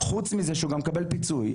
חוץ מזה שהוא גם מקבל פיצוי,